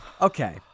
Okay